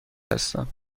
هستم